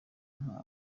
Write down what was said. nka